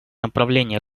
направлений